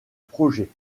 projet